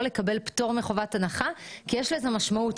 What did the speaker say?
לקבל פטור מחובת הנחה כי יש לזה משמעות.